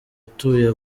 utuye